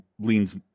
leans